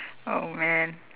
oh man